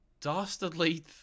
dastardly